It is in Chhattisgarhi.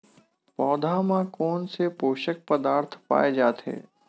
पौधा मा कोन से पोषक पदार्थ पाए जाथे?